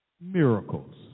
miracles